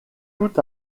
tout